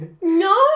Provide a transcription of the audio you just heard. no